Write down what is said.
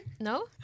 no